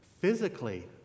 Physically